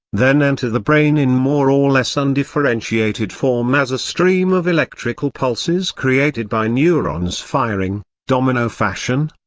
then enter the brain in more or less undifferentiated form as a stream of electrical pulses created by neurons firing, domino-fashion,